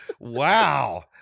Wow